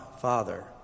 Father